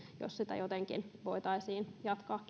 jos sitä jotenkin voitaisiin jatkaa